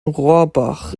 rohrbach